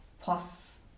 Plus